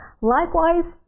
Likewise